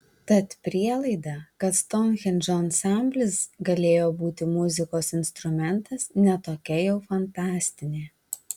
tad prielaida kad stounhendžo ansamblis galėjo būti muzikos instrumentas ne tokia jau fantastinė